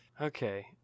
Okay